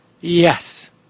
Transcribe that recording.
yes